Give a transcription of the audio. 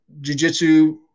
jujitsu